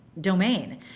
domain